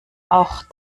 auch